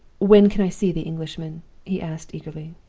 when can i see the englishman he asked, eagerly.